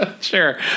Sure